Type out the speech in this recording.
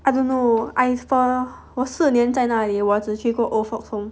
I don't know I for 我四年在哪里我只去过 old folks home